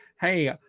Hey